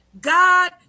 god